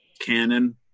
canon